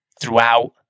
throughout